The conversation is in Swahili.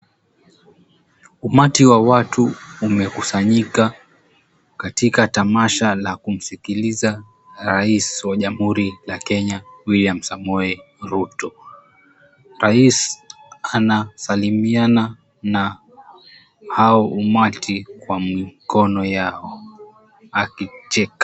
Umati wa watu umekusanyika katika tamasha la kumsikiliza Rais wa Jamhuri la Kenya William Samoei Ruto. Rais anasalimiana na hao umati kwa mkono yao akiteka.